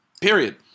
period